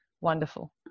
wonderful